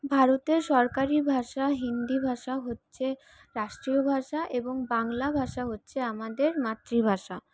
ভারতের সরকারি ভাষা হিন্দি ভাষা হচ্ছে রাষ্ট্রীয় ভাষা এবং বাংলা ভাষা হচ্ছে আমাদের মাতৃভাষা